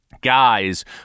guys